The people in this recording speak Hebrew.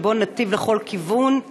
שבו נתיב לכל כיוון,